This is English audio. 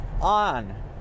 on